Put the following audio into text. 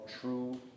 true